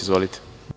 Izvolite.